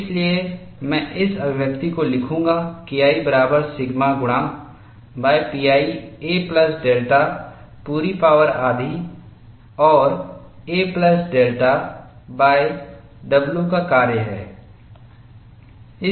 इसलिए मैं इस अभिव्यक्ति को लिखूंगा KI बराबर सिग्मा गुणाpi a प्लस डेल्टा पूरी पावर आधी और a प्लस डेल्टाw का कार्य हैं